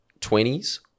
Twenties